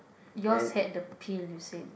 yours had the pill you said